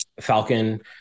Falcon